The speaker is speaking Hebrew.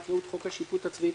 יקראו את חוק השיפוט הצבאי,